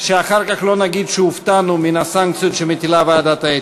שאחר כך לא נגיד שהופתענו מן הסנקציות שמטילה ועדת האתיקה.